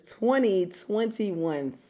2021